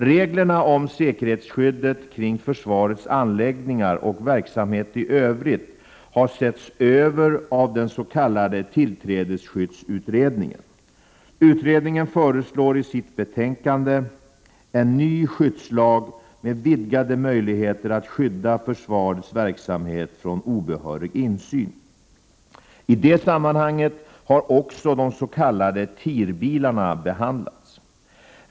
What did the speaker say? Reglerna om säkerhetsskyddet kring försvarets anläggningar och verksamhet i övrigt har setts över av den s.k. tillträdesskyddsutredningen . Utredningen föreslår i sitt betänkande, En ny skyddslag, vidgade möjligheter att skydda försvarets verksamhet från obehörig insyn. I det sammanhanget har också de s.k. TIR-bilarna behandlats.